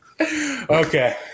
Okay